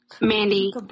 Mandy